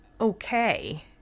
okay